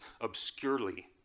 obscurely